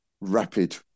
rapid